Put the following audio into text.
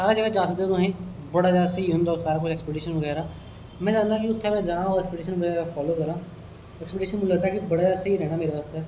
हर जगह जा सकदे ओ तुसें गी बड़ा ज्यादा स्हेई होंदा अक्सपिटिशन बगैरा में चाहना कि उत्थें में जाए अक्सपिटिशन बगेरा फाॅलो करां अक्सपिटिशन मिगी लगदा के बड़ा ज्यादा स्हेई रैहना मेरे आस्ते